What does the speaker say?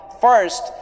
First